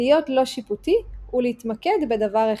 להיות לא שיפוטי ולהתמקד בדבר אחד.